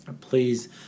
please